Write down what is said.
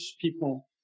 people